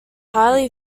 highly